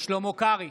שלמה קרעי,